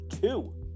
two